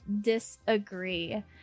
disagree